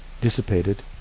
dissipated